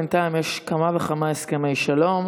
בינתיים יש כמה וכמה הסכמי שלום,